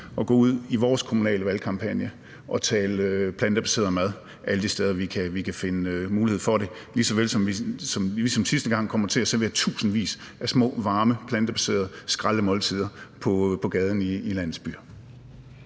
at gå ud i vores kommunale valgkampagne og tale om plantebaseret mad alle de steder, hvor vi kan finde mulighed for det, og ligesom sidste gang kommer vi til at servere tusindvis af små varme plantebaserede skraldemåltider på gaden i landets byer.